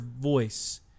voice